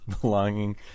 belonging